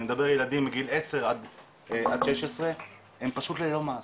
אני מדבר על ילדים מגיל עשר עד 16 הם פשוט ללא מעש.